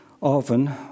Often